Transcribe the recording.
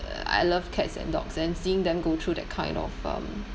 I love cats and dogs and seeing them go through that kind of um